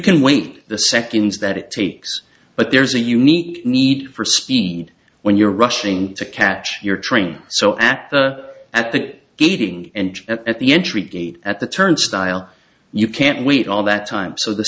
can wait the seconds that it takes but there's a unique need for speed when you're rushing to catch your train so at at that meeting and at the entry gate at the turnstile you can't wait all that time so the